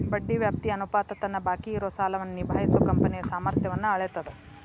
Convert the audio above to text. ಬಡ್ಡಿ ವ್ಯಾಪ್ತಿ ಅನುಪಾತ ತನ್ನ ಬಾಕಿ ಇರೋ ಸಾಲವನ್ನ ನಿಭಾಯಿಸೋ ಕಂಪನಿಯ ಸಾಮರ್ಥ್ಯನ್ನ ಅಳೇತದ್